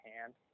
hand